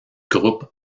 groupe